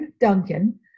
Duncan